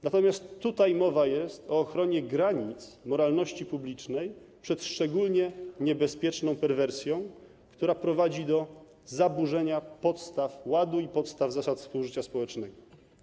Natomiast tutaj mowa jest o ochronie granic moralności publicznej przed szczególnie niebezpieczną perwersją, która prowadzi do zaburzenia podstaw ładu i podstaw zasad współżycia społecznego.